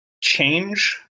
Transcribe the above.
change